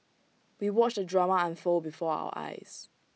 we watched the drama unfold before our eyes